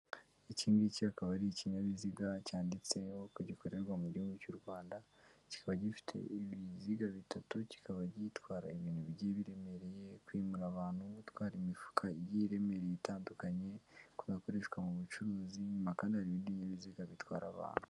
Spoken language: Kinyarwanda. Ikingiki akaba ari ikinyabiziga cyanditseho ko gikorerwa mu gihugu cy'u Rwanda, kikaba gifite ibiziga bitatu kikaba gitwara ibintu bigiye biremereye kwimura abantu, gutwara imifuka iremereye itandukanye kikaba gikoreshwa mu bucuruzi inyuma kandi hari n'ibinyabiziga bitwara abantu.